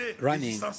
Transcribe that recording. running